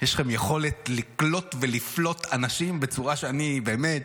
יש לכם יכולת לקלוט ולפלוט אנשים בצורה שאני, באמת